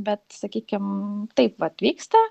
bet sakykim taip vat vyksta